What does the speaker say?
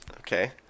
Okay